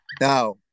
Now